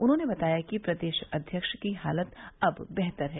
उन्होंने बताया कि प्रदेश अध्यक्ष की हालत अब बेहतर है